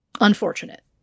unfortunate